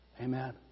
Amen